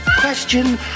question